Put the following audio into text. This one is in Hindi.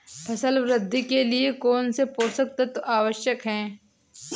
फसल वृद्धि के लिए कौनसे पोषक तत्व आवश्यक हैं?